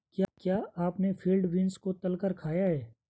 क्या आपने field beans को तलकर खाया है?